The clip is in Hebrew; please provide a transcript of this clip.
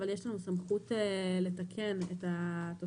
אבל יש לנו סמכות לתקן את התוספת